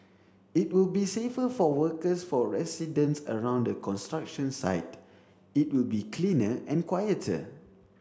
it will be safer for workers for residents around the construction site it will be cleaner and quieter